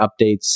updates